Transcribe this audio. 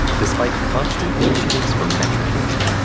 despite constant initiatives for metrication,